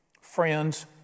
friends